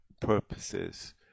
purposes